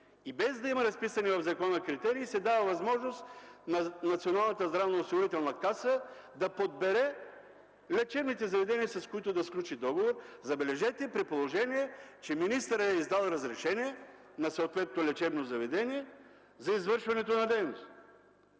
И без да има разписани в закона критерии, се дава възможност на Националната здравноосигурителна каса да подбере лечебните заведения, с които да сключи договор, забележете, при положение че министърът е издал разрешение на съответното лечебно заведение за извършването на дейност!